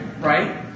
right